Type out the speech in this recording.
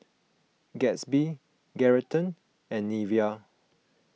Gatsby Geraldton and Nivea